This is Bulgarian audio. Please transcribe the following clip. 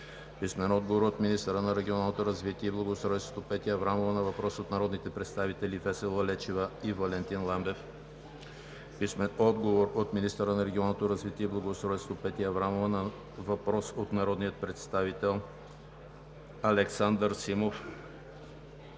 Мирчев; - министъра на регионалното развитие и благоустройството – Петя Аврамова, на въпрос от народните представители Весела Лечева и Валентин Ламбев; - министъра на регионалното развитие и благоустройството – Петя Аврамова, на въпрос от народния представител Александър Симов;